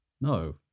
No